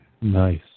Nice